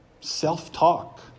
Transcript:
self-talk